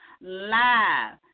live